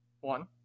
One